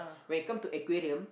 when it come to aquarium